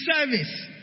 service